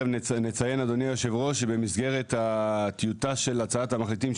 נציין שבמסגרת הטיוטה של הצעת המחליפים,